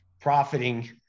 profiting